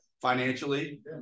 financially